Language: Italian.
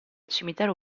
cimitero